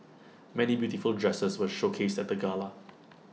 many beautiful dresses were showcased at the gala